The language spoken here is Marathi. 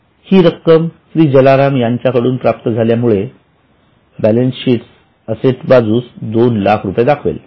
ही रक्कम श्री जलाराम यांच्या कडून प्राप्त झाल्यामुळे बॅलन्स शीट असेट्स बाजूस दोन लाख रुपये दाखवेल